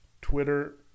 Twitter